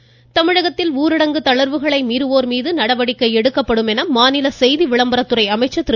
கடம்பூர் ராஜு தமிழகத்தில் ஊரடங்கு தளர்வுகளை மீறுவோர் மீது நடவடிக்கை எடுக்கப்படும் என மாநில செய்தி விளம்பரத்துறை அமைச்சர் திரு